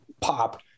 pop